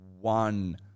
one